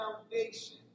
foundation